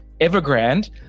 Evergrande